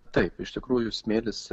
taip iš tikrųjų smėlis